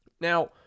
Now